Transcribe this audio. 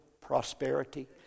prosperity